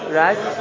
right